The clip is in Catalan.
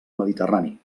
mediterrani